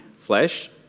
flesh